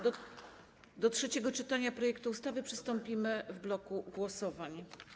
Do trzeciego czytania projektu ustawy przystąpimy w bloku głosowań.